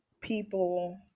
people